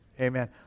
Amen